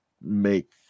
make